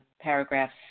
paragraphs